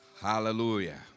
Hallelujah